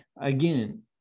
again